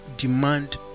demand